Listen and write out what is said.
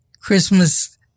Christmas